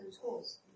tools